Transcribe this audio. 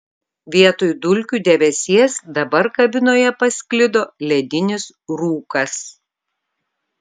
vietoj dulkių debesies dabar kabinoje pasklido ledinis rūkas